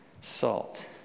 salt